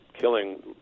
killing